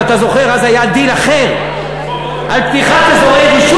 אם אתה זוכר, אז היה דיל אחר, נכון.